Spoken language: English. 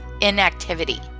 inactivity